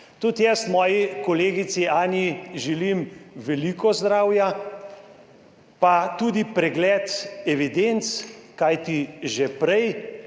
Tudi jaz moji kolegici Anji želim veliko zdravja, pa tudi pregled evidenc, kajti že prej,